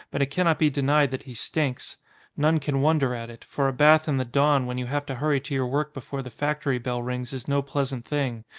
but it cannot be denied that he stinks none can wonder at it, for a bath in the dawn when you have to hurry to your work before the factory bell rings is no pleasant thing,